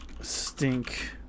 stink